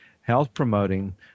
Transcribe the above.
health-promoting